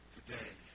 Today